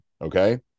Okay